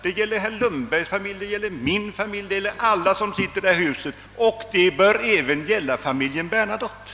Det gäller herr Lundbergs familj, det gäller min familj, det gäller alla som sitter i det här huset, och det bör även gälla familjen Bernadotte.